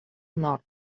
nord